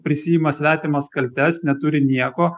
prisiima svetimas kaltes neturi nieko